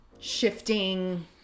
shifting